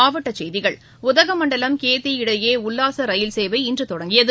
மாவட்டச்செய்திகள் உதகமண்டலம் கேத்தி இடையே உல்லாச ரயில் சேவை இன்று தொடங்கியது